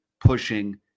pushing